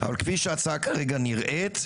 אבל כפי שההצעה כרגע נראית,